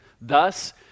Thus